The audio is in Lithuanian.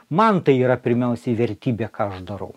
man tai yra pirmiausiai vertybė ką aš darau